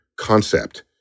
concept